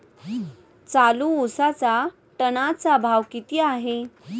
चालू उसाचा टनाचा भाव किती आहे?